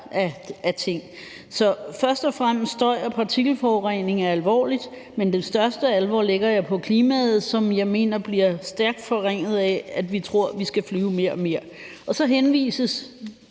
af ting. Så først og fremmest er støj og partikelforurening alvorligt, men den største alvor ser jeg for klimaet, som jeg mener bliver stærkt forringet af, at vi tror, vi skal flyve mere og mere. Så henvises